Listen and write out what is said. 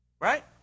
Right